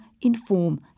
inform